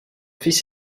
fils